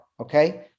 okay